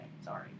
sorry